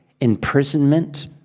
imprisonment